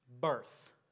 birth